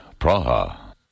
Praha